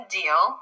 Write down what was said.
deal